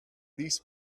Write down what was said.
these